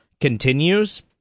continues